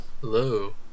Hello